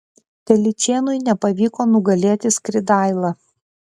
telyčėnui nepavyko nugalėti skridailą